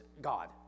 God